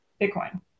Bitcoin